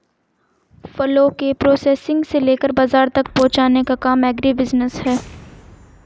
फलों के प्रोसेसिंग से लेकर बाजार तक पहुंचने का काम एग्रीबिजनेस है